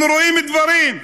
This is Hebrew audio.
אנחנו רואים דברים,